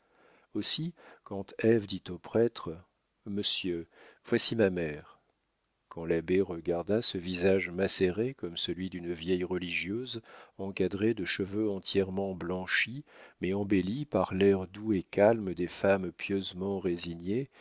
aussi quand ève dit au prêtre monsieur voici ma mère quand l'abbé regarda ce visage macéré comme celui d'une vieille religieuse encadré de cheveux entièrement blanchis mais embelli par l'air doux et calme des femmes pieusement résignées